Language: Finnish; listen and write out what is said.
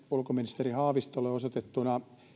ulkoministeri haavistolle osoitettuna